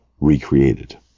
recreated